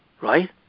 right